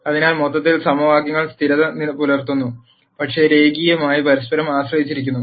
അതിനാൽ മൊത്തത്തിൽ സമവാക്യങ്ങൾ സ്ഥിരത പുലർത്തുന്നു പക്ഷേ രേഖീയമായി പരസ്പരം ആശ്രയിച്ചിരിക്കുന്നു